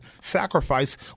sacrifice